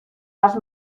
las